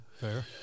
fair